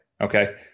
okay